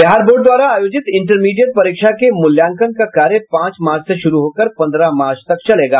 Bihar board द्वारा आयोजित intermediate परीक्षा के मूल्यांकन का कार्य पांच मार्च से शुरू होकर पन्द्रह मार्च तक चलेगा